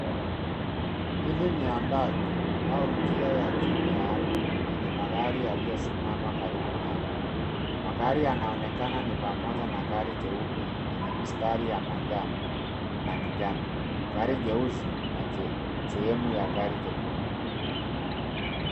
Hili ni Mia ndani au njia ya ardhi lenye magari iliyosimama karibu nayo. Magari yanaonekana ni pamoja na gari jeupe lenye mistari ya Manjano na kistari ya kijani gari jeusi na sehemu ya gari jekundu.